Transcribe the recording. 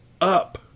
up